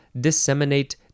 disseminate